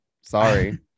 Sorry